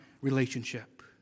relationship